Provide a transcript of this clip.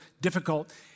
difficult